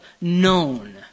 known